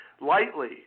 Lightly